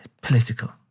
political